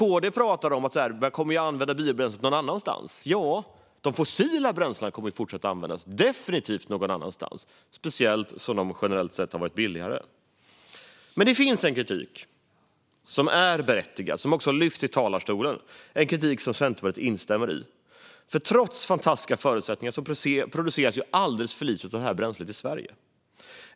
KD pratar om att biobränslet kommer att användas någon annanstans. De fossila bränslena kommer definitivt att fortsätta användas någon annanstans, speciellt som de generellt sett har varit billigare. Det finns dock kritik som är berättigad och som har lyfts fram från talarstolen. Detta är kritik som Centerpartiet instämmer i. Trots fantastiska förutsättningar produceras alldeles för lite av det här bränslet i Sverige.